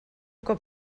cop